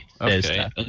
okay